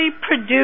produce